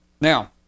Now